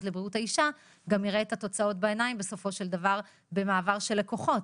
לבריאות האישה גם יראה את התוצאות בעיניים בסופו של דבר במעבר של לקוחות,